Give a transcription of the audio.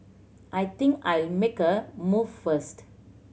I think I'll make a move first